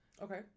Okay